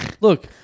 Look